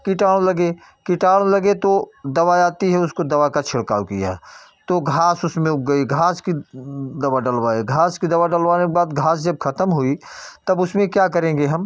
कीटाणु लगे कीटाणु लगे तो दवा आती है उसको दवा का छिड़काव किया तो घास उसमे उग गई घास की दवा डलवाए घास की दवा डलवाने के बाद घास जब खत्म हुई तब उसमें क्या करेंगे हम